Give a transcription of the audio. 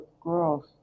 girls